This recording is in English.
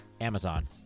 Amazon